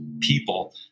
people